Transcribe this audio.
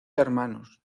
hermanos